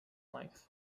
length